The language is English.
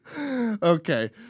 Okay